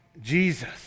Jesus